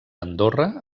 andorra